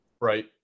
Right